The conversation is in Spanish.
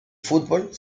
fútbol